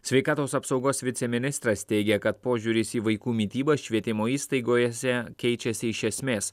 sveikatos apsaugos viceministras teigia kad požiūris į vaikų mitybą švietimo įstaigose keičiasi iš esmės